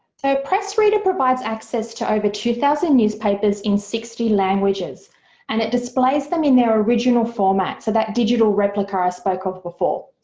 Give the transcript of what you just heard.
so pressreader provides access to over two thousand newspapers in sixty languages and it displays them in their original format. so that digital replica i spoke of before.